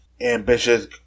ambitious